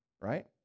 right